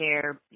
care